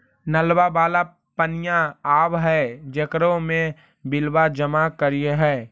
नलवा वाला पनिया आव है जेकरो मे बिलवा जमा करहिऐ?